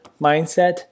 mindset